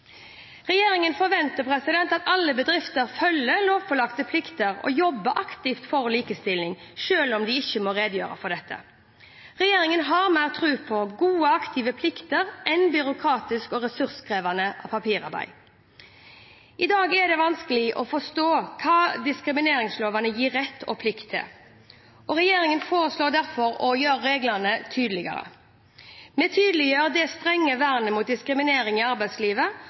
Regjeringen forventer at alle bedrifter følger lovpålagte plikter og jobber aktivt for likestilling, selv om de ikke må redegjøre for dette. Regjeringen har mer tro på gode, aktive plikter enn på byråkratisk og ressurskrevende papirarbeid. I dag er det vanskelig å forstå hva diskrimineringslovene gir rett og plikt til. Regjeringen foreslår derfor å gjøre reglene tydeligere. Vi tydeliggjør det strenge vernet mot diskriminering i arbeidslivet